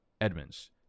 Edmonds